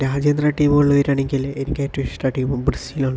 രാജ്യാന്തര ടീമോള് ആണെങ്കില് എനിക്ക് ഏറ്റവും ഇഷ്ട്ടള്ള ടീമ് ബ്രസീലാണ്